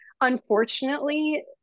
unfortunately